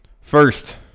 First